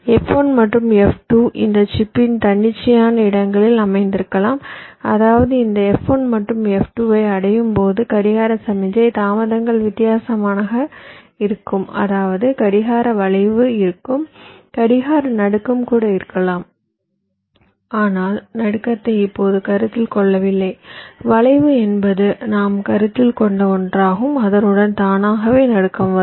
F1 மற்றும் F2 இந்த சிப்பின் தன்னிச்சையான இடங்களில் அமைந்திருக்கலாம் அதாவது இந்த F1 மற்றும் F2 ஐ அடையும் போது கடிகார சமிக்ஞை தாமதங்கள் வித்தியாசமாக இருக்கும் அதாவது கடிகார வளைவு இருக்கும் கடிகார நடுக்கம் கூட இருக்கலாம் ஆனால் நடுக்கத்தை இப்போது கருத்தில் கொள்ளவில்லை வளைவு என்பது நாம் கருத்தில் கொண்ட ஒன்றாகும் அதனுடன் தானாகவே நடுக்கம் வரும்